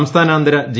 സംസ്ഥാനാന്തര G